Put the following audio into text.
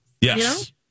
Yes